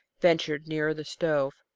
ventured nearer the stove.